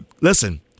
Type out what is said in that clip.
Listen